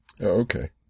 okay